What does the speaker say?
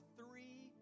three